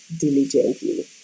diligently